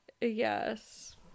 Yes